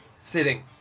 Sitting